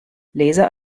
laser